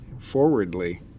forwardly